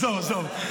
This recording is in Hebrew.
עזוב, עזוב.